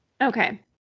Okay